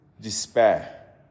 despair